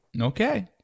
Okay